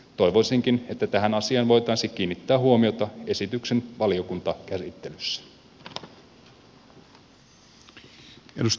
toivoisinkin että tähän asiaan voitaisiin kiinnittää huomiota esityksen valiokuntakäsittelyssä